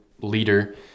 leader